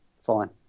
fine